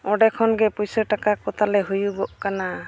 ᱚᱸᱰᱮ ᱠᱷᱚᱱ ᱜᱮ ᱯᱩᱭᱥᱟᱹᱼᱴᱟᱠᱟ ᱠᱚ ᱛᱟᱞᱮ ᱦᱩᱭᱩᱜᱚᱜ ᱠᱟᱱᱟ